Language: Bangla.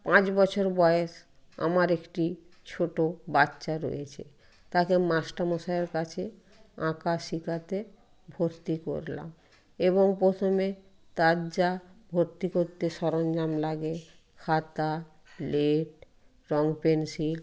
পাঁচ বছর বয়েস আমার একটি ছোটো বাচ্চা রয়েছে তাকে মাস্টার মশায়ের কাছে আঁকা শিখাতে ভর্তি করলাম এবং প্রথমে তার যা ভর্তি করতে সরঞ্জাম লাগে খাতা রঙ পেনসিল